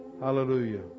Hallelujah